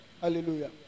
hallelujah